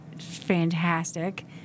fantastic